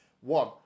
one